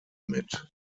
mit